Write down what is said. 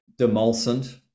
demulsant